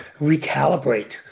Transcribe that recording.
recalibrate